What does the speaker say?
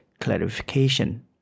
clarification